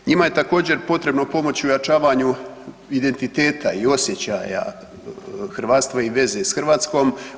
Njima je također potrebno pomoći u ojačavanju identiteta i osjećaja hrvatstva i veze s Hrvatskom.